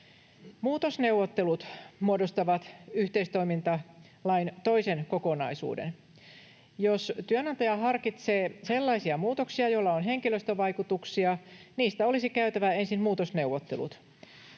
Muutosneuvottelut muodostavat yhteistoimintalain toisen kokonaisuuden. Jos työnantaja harkitsee sellaisia muutoksia, joilla on henkilöstövaikutuksia, niistä olisi käytävä ensin muutosneuvottelut.